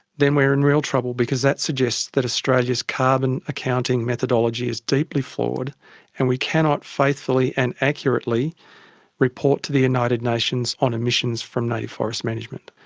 then we're in real trouble because that suggests that australia's carbon accounting methodology is deeply flawed and we cannot faithfully and accurately report to the united nations on emissions from native forest management.